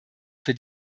für